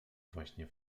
właśnie